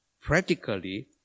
Practically